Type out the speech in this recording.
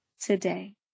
today